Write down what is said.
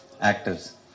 actors